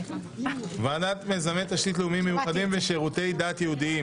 ועדת מיזמי תשתית לאומיים מיוחדים ושירותי דת יהודיים.